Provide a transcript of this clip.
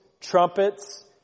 trumpets